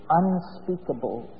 unspeakable